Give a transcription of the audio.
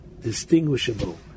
distinguishable